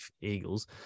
Eagles